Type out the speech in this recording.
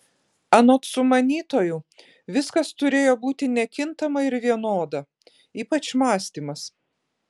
anot sumanytojų viskas turėjo būti nekintama ir vienoda ypač mąstymas